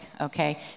okay